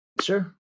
Sure